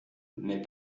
mais